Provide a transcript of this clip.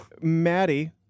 Maddie